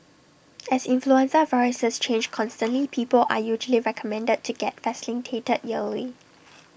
as influenza viruses change constantly people are usually recommended to get vaccinated yearly